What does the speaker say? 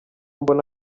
mbona